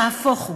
נהפוך הוא,